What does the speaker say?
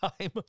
time